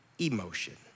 emotion